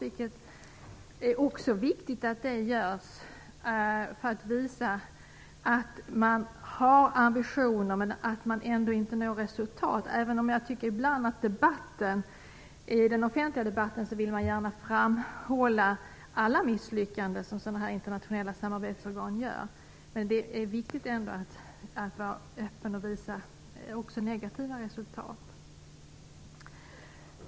Det är viktigt att visa att man har ambitioner men att man inte alltid uppnår resultat. Ibland tycker jag att man i den offentliga debatten gärna vill framhålla alla misslyckanden när det gäller sådana här internationella samarbetsorgan. Det är alltså viktigt att vara öppen och att även visa negativa resultat.